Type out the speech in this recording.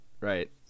right